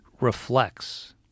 reflects